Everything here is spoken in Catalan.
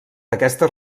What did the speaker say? aquestes